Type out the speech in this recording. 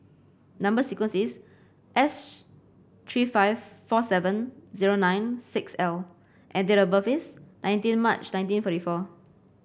number sequence is S three five four seven zero nine six L and date of birth is nineteen March nineteen forty four